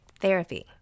Therapy